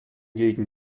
gegen